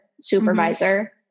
supervisor